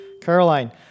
Caroline